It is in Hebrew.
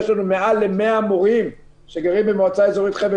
יש לנו מעל ל-100 מורים שגרים במועצה אזורית חבל